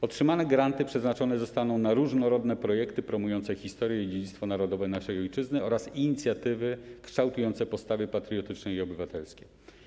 Otrzymane granty przeznaczone zostaną na różnorodne projekty promujące historię i dziedzictwo narodowe naszej ojczyzny oraz inicjatywy kształtujące postawy patriotyczne i obywatelskie.